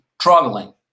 struggling